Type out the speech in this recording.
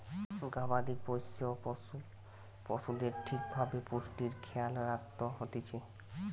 গবাদি পোষ্য পশুদের ঠিক ভাবে পুষ্টির খেয়াল রাখত হতিছে